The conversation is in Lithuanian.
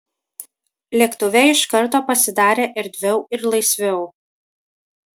lėktuve iš karto pasidarė erdviau ir laisviau